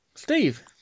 Steve